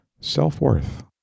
self-worth